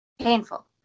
Painful